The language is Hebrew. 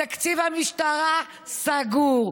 תקציב המשטרה, סגור.